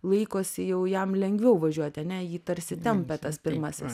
laikosi jau jam lengviau važiuoti ane jį tarsi tempia tas pirmasis